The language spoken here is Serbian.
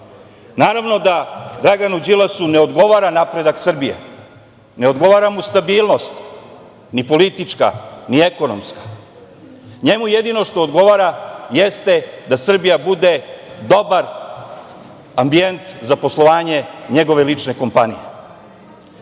vlasti. Naravno da Draganu Đilasa ne odgovara napredak Srbije, ne odgovara mu stabilnost, ni politička, ni ekonomska, njemu jedino što odgovara jeste da Srbija bude dobar ambijent za poslovanje njegove lične kompanije.